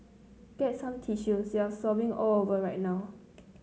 get some tissues you're sobbing all over right now